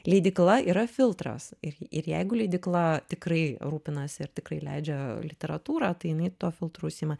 leidykla yra filtras ir ir jeigu leidykla tikrai rūpinasi ir tikrai leidžia literatūrą tai jinai tuo filtru užsiima